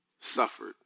suffered